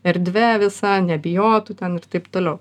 erdve visa nebijotų ten ir taip toliau